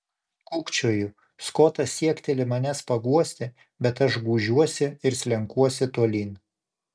kūkčioju skotas siekteli manęs paguosti bet aš gūžiuosi ir slenkuosi tolyn